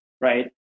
right